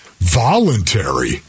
voluntary